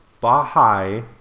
Baha'i